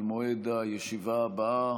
על מועד הישיבה הבאה